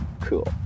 Cool